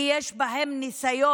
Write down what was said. כי יש בזה ניסיון